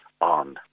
on